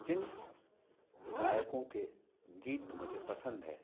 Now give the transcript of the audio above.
जिन गायकों के गीत मुझे पसंद हैं